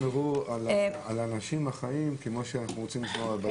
הלוואי שישמרו על האנשים החיים כמו שאנחנו רוצים לשמור על בעלי חיים.